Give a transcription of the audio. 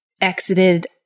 exited